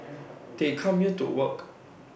they come here to work